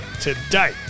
today